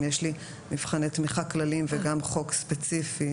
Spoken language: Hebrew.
אם יש לי מבחני תמיכה כלליים וגם חוק ספציפי,